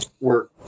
work